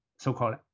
so-called